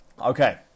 okay